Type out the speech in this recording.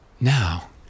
Now